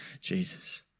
Jesus